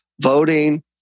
voting